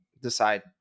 decide